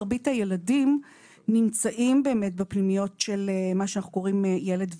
מרבית הילדים נמצאים באמת בפניות של מה שאנחנו קוראים ילד ונוער.